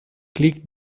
click